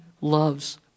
loves